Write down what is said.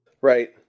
Right